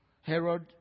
Herod